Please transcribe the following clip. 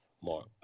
more